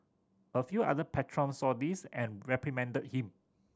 a few other patrons saw this and reprimanded him